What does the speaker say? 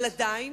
אבל עדיין